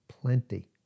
Plenty